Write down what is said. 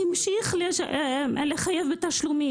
המשיך לחייב בתשלומים.